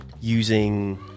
using